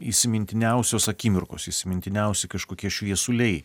įsimintiniausios akimirkos įsimintiniausi kažkokie šviesuliai